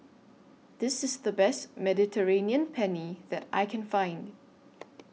This IS The Best Mediterranean Penne that I Can Find